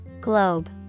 Globe